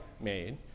made